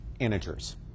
integers